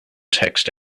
text